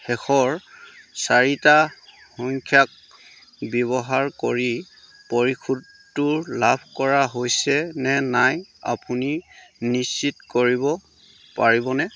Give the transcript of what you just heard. শেষৰ চাৰিটা সংখ্যা ব্যৱহাৰ কৰি পৰিশোধটো লাভ কৰা হৈছেনে নাই আপুনি নিশ্চিত কৰিব পাৰিবনে